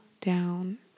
down